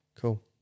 cool